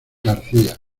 garcía